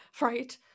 Right